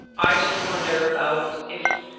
i just wonder about if,